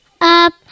up